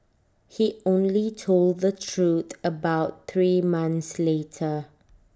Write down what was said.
he only told the truth about three months later